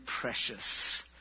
precious